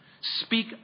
speak